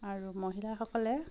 আৰু মহিলাসকলে